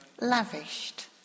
Lavished